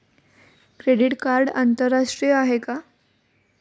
Credit card आंतरराष्ट्रीय आहे का?